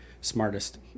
smartest